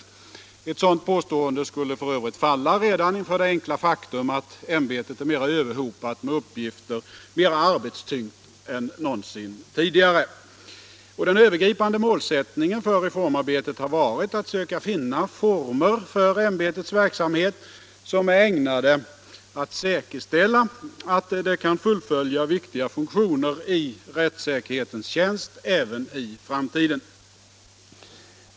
Ett sådant påstående skulle 19 november 1975 f.ö. falla redan inför det enkla faktum att ämbetet är mera överhopat med uppgifter, mera arbetstyngt än någonsin tidigare. Och den över JO-ämbetets gripande målsättningen för reformarbetet har varit att söka finna former — uppgifter och för ämbetets verksamhet som är ägnade att säkerställa dess möjlighet — Organisation att fullgöra viktiga funktioner i rättssäkerhetens tjänst även i framtiden.